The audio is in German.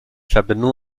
verbindung